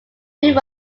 new